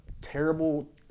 terrible